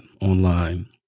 online